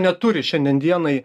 neturi šiandien dienai